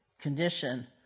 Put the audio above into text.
condition